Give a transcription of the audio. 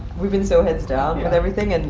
we've been so heads down yeah with everything, and,